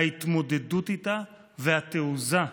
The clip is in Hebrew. ההתמודדות איתה והתעוזה,